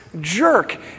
jerk